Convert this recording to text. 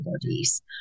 bodies